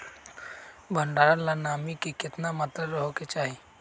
भंडारण ला नामी के केतना मात्रा राहेके चाही?